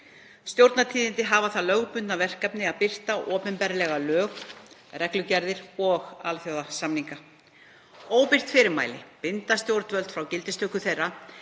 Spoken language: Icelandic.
Stjórnartíðindi hafa það lögbundna verkefni að birta opinberlega lög, reglugerðir og alþjóðasamninga. Óbirt fyrirmæli binda stjórnvöld frá gildistöku þeirra